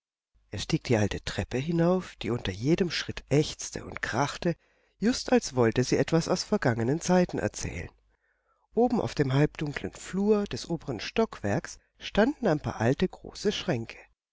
er stieg die alte treppe hinauf die unter jedem schritt ächzte und krachte just als wollte sie etwas aus vergangenen zeiten erzählen oben auf dem halbdunklen flur des oberen stockwerkes standen ein paar alte große schränke